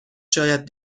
شاید